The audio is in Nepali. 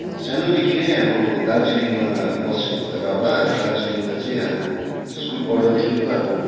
सानुदेखि नै अब दार्जिलिङमा बसेको भएर होला दार्जिलिङमा चाहिँ अब स्कुल पढ्दादेखिको अब